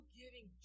giving